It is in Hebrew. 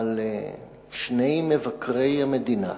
אבל שני מבקרי המדינה,